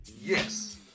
Yes